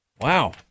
Wow